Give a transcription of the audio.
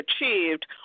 achieved